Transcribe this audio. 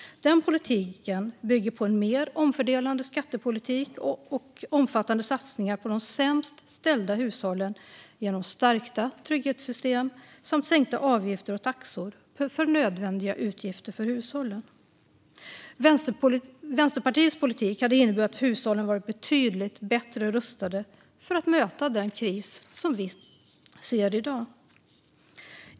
Denna politik bygger på en mer omfördelande skattepolitik och omfattande satsningar på de sämst ställda hushållen genom stärkta trygghetssystem samt sänkta avgifter och taxor på nödvändiga utgifter för hushållen. Vänsterpartiets politik hade inneburit att hushållen varit betydligt bättre rustade för att möta den kris som vi ser i dag.